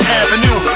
avenue